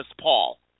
Paul